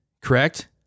correct